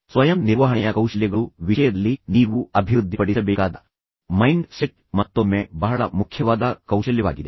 ಸ್ವಯಂ ನಿರ್ವಹಣೆಯ ಕೌಶಲ್ಯಗಳು ವಿಷಯದಲ್ಲಿ ನೀವು ಅಭಿವೃದ್ಧಿಪಡಿಸಬೇಕಾದ ಮೈಂಡ್ ಸೆಟ್ ಮತ್ತೊಮ್ಮೆ ಬಹಳ ಮುಖ್ಯವಾದ ಕೌಶಲ್ಯವಾಗಿದೆ